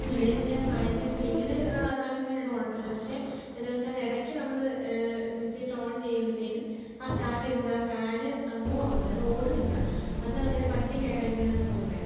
പിന്നെ അതിൻ്റെ ഫാനിൻ്റെ സ്പീഡ് അങ്ങനെ തന്നെ ഉണ്ട് കുഴപ്പമില്ല പഷെ എന്ന് വെച്ചാൽ അതിടയ്ക്ക് നമ്മളത് സ്വിച്ച് ഇട്ട് ഓൺ ചെയ്യുമ്പോഴത്തേനും ആ സ്റ്റാട്ട് ചെയ്യുമ്പം തന്നെ ആ ഫാൻ മൂ ആകുന്നില്ല അത് ഓടുന്നില്ല അതങ്ങനെ പറ്റി കേടായി പോയതാണ് തോന്നുന്നത്